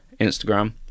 Instagram